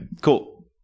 cool